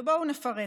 בואו נפרט: